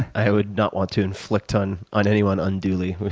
i would not want to inflict on on anyone unduly.